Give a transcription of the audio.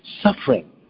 Suffering